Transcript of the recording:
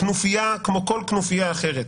כנופיה, כמו כל כנופיה אחרת.